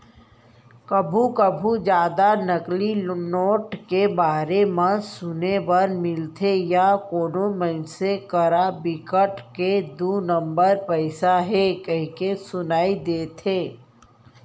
कभू कभू जादा नकली नोट के बारे म सुने बर मिलथे या कोनो मनसे करा बिकट के दू नंबर पइसा हे कहिके सुनई देथे